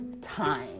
time